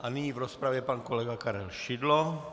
A nyní v rozpravě pan kolega Karel Šidlo.